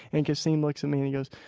and kasim looks at me and he goes,